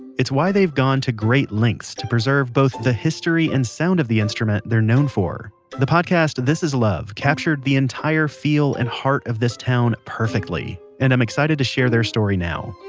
it's why they've gone to great lengths to preserve both the history and sound of the instrument they're known for the podcast, this is love, captured the entire feel and heart of this town perfectly, and i'm excited to share their story now.